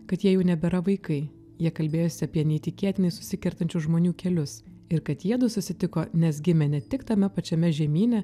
kad jie jau nebėra vaikai jie kalbėjosi apie neįtikėtinai susikertančių žmonių kelius ir kad jiedu susitiko nes gimė ne tik tame pačiame žemyne